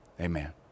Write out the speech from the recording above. Amen